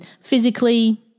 physically